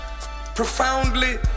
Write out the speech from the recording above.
profoundly